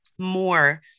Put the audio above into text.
More